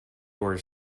were